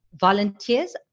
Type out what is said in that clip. volunteers